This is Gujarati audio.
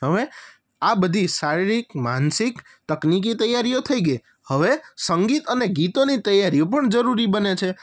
હવે આ બધી શારીરિક માનસિક તકનિકી તૈયારીઓ થઈ ગઈ હવે સંગીત અને ગીતોની તૈયારીઓ પણ જરૂરી બને છે